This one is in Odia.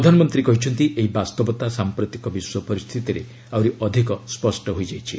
ପ୍ରଧାନମନ୍ତ୍ରୀ କହିଛନ୍ତି ଏହି ବାସ୍ତବତା ସାମ୍ପ୍ରତିକ ବିଶ୍ୱ ପରିସ୍ଥିତିରେ ଆହୁରି ଅଧିକ ସ୍ୱଷ୍ଟ ହୋଇଯାଇଛି